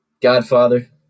Godfather